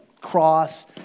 cross